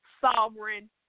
sovereign